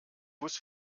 bus